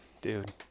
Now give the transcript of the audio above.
Dude